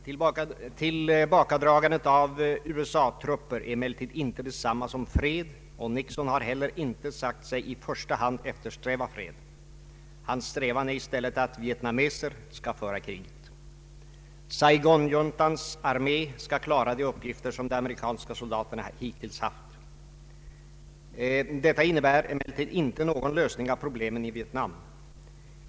Tillbakadragandet av USA-trupper är emellertid inte detsamma som fred, och Nixon har heller inte sagt sig i första hand eftersträva fred. Hans strävan är i stället att vietnameser skall föra kriget. Saigonjuntans armé skall klara de uppgifter som de amerikanska soldaterna hittills haft. Detta innebär emellertid inte någon lösning av problemen i Vietnam.